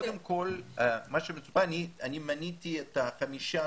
קודם כל מה שמצופה, אני מניתי את חמישה